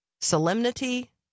Solemnity